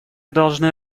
должны